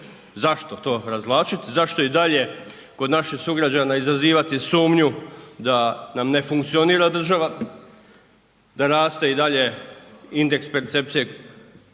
Zašto to razvlačit, zašto i dalje kod naših sugrađana izazivati sumnju da nam ne funkcionira država, da raste i dalje indeks percepcije korupcije